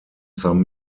some